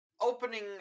opening